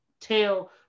tell